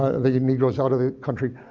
the negroes out of the country.